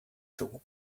thought